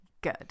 Good